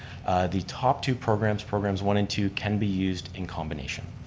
the top two programs, programs one and two, can be used in combination.